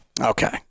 Okay